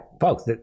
folks